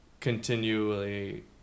continually